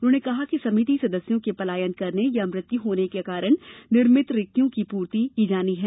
उन्होंने कहा कि समिति सदस्यों के पलायन करने या मृत्यु होने के कारण निर्मित रिक्तियों की पूर्ति की जाना है